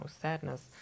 sadness